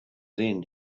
then